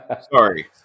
sorry